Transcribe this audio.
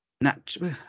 natural